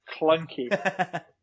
Clunky